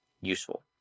useful